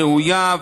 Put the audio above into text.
ראויה,